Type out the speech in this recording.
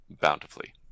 bountifully